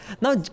Now